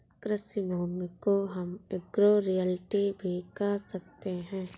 कृषि भूमि को हम एग्रो रियल्टी भी कह सकते है